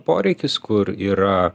poreikis kur yra